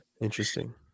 Interesting